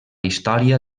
història